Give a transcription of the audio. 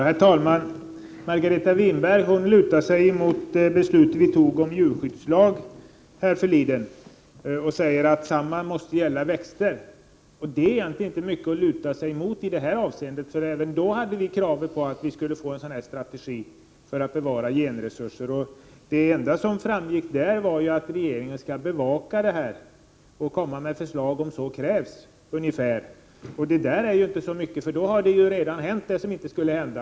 Herr talman! Margareta Winberg lutar sig mot det beslut om djurskyddslag som vi fattade härförleden och säger att samma regler måste gälla växter. Det är egentligen inte mycket att luta sig emot i detta avseende. Även då framförde vi krav om att vi skulle ha en strategi för att bevara genresurser. Det enda som framgick vid behandlingen då var ungefär att regeringen skall bevaka dessa frågor och framlägga förslag om så krävs. När regeringen väl har kommit så långt har emellertid redan det hänt som inte skulle hända.